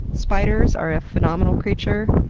spiders are a phenomenal creature.